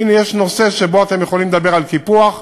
הנה יש נושא שבו אתם יכולים לדבר על קיפוח,